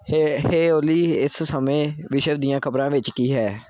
ਹੇ ਹੇ ਓਲੀ ਇਸ ਸਮੇਂ ਵਿਸ਼ਵ ਦੀਆਂ ਖ਼ਬਰਾਂ ਵਿੱਚ ਕੀ ਹੈ